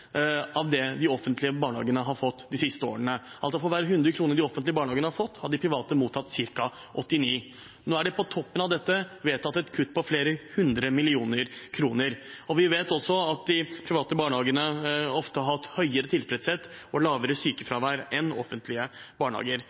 av det de offentlige barnehagene har fått de siste årene. For hver hundrelapp de offentlige barnehagene har fått, har de private mottatt ca. 89 kr. Nå er det på toppen av dette vedtatt et kutt på flere hundre millioner kroner. Vi vet også at de private barnehagene ofte har hatt høyere tilfredshet og lavere sykefravær enn offentlige barnehager.